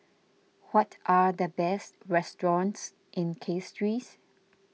what are the best restaurants in Castries